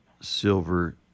Silver